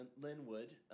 Linwood